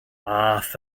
aeth